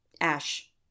Ash